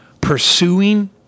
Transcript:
pursuing